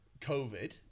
COVID